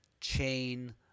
chain